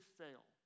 fail